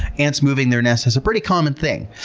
ants moving their nest is a pretty common thing.